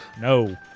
No